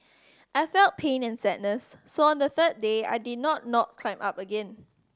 I felt pain and sadness so on the third day I did not not climb up again